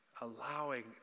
allowing